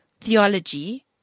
theology